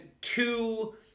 two